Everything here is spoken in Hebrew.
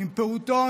עם פעוטון,